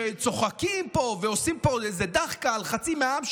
שצוחקים פה ועושים פה איזה דחקה על חצי מהעם,